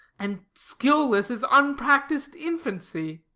and skilless as unpractis'd infancy.